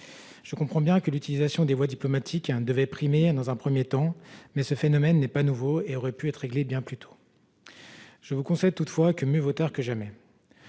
Je comprends bien que l'utilisation des voies diplomatiques devait primer dans un premier temps, mais ce phénomène n'est pas nouveau et aurait pu être réglé bien plus tôt. Certes, mieux vaut tard que jamais